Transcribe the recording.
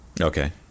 Okay